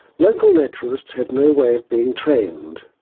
local naturalists had no way of being trained.